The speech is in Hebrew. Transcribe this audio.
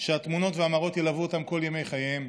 שהתמונות והמראות ילוו אותם כל ימי חייהם,